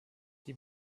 die